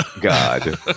God